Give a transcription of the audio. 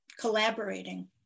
collaborating